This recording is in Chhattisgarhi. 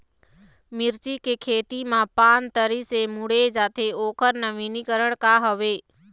मिर्ची के खेती मा पान तरी से मुड़े जाथे ओकर नवीनीकरण का हवे?